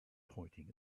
pointing